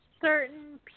certain